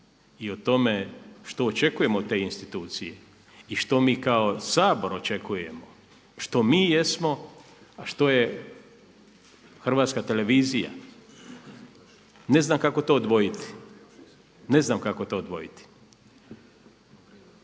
i o tome što očekujemo od te institucije i što mi kao Sabor očekujemo, što mi jesmo, a što je Hrvatska televizija. Ne znam kako to odvojiti. Pa ja ću reći